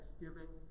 thanksgiving